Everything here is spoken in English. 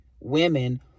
women